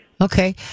Okay